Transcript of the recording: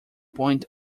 point